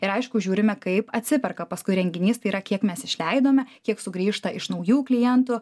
ir aišku žiūrime kaip atsiperka paskui renginys tai yra kiek mes išleidome kiek sugrįžta iš naujų klientų